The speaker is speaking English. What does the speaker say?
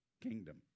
kingdom